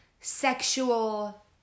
sexual